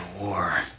war